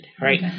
right